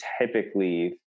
typically